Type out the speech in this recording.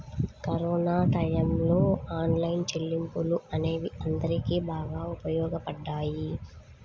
corona టైయ్యంలో online చెల్లింపులు అనేవి అందరికీ బాగా ఉపయోగపడ్డాయి